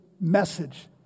message